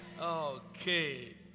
okay